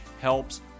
helps